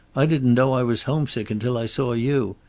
i didn't know i was homesick until i saw you.